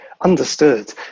Understood